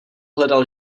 hledal